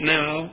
now